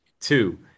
Two